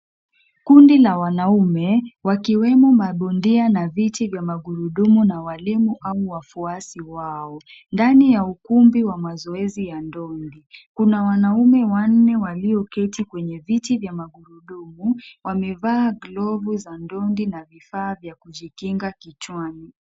Kundi la wanaume, wakiwemo mabondia na viti vya magurudumu na walimu au wafuasi wao, ndani ya ukumbi wa mazoezi ya dondi. Kuna wanaume wanne walioketi kwenye viti vya magurudumu, wamevaa glovu za dondi na vifaa vya kujikinga kichwani.